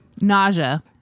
Nausea